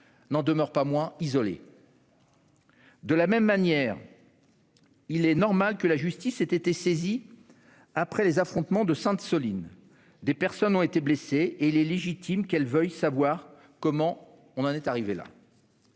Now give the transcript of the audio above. n'en demeurent pas moins isolés. De la même manière, il est normal que la justice ait été saisie après les affrontements de Sainte-Soline. Des personnes ont été blessées ; il est légitime qu'elles veuillent savoir comment on en est arrivé là.